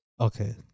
Okay